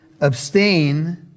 abstain